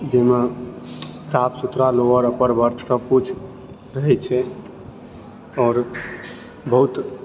जाहिमे साफ सुथरा लोवर अपर बर्थ सभकिछु रहै छै आओर बहुत